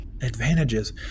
Advantages